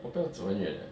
我不要走很远 leh